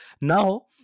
Now